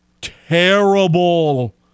terrible